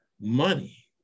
money